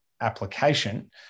application